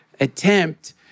attempt